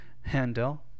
handel